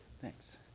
Thanks